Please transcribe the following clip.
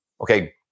Okay